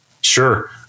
Sure